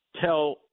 tell